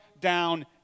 down